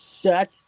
Shut